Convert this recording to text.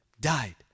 died